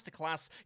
Masterclass